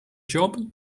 job